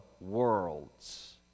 worlds